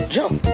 jump